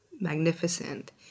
magnificent